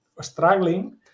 struggling